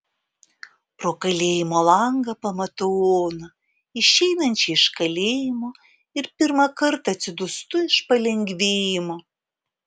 pro kalėjimo langą pamatau oną išeinančią iš kalėjimo ir pirmą kartą atsidūstu iš palengvėjimo